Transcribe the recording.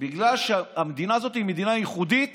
בגלל שהמדינה הזאת היא מדינה ייחודית